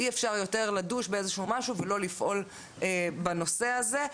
אי-אפשר יותר לדוש במשהו ולא לפעול בנושא הזה.